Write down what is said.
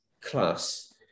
class